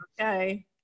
Okay